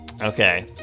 Okay